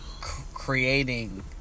creating